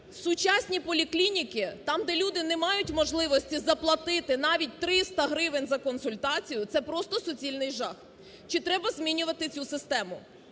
Сучасні поліклініки, там де люди не мають можливості заплатити навіть 300 гривень за консультацію, це просто суцільний жах. Чи треба змінювати цю систему?